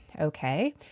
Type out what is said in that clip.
Okay